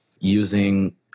using